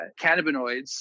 cannabinoids